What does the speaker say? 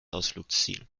ausflugsziel